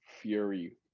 Fury